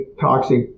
toxic